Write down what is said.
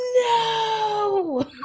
no